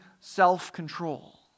self-control